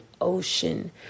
ocean